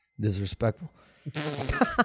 disrespectful